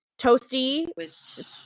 Toasty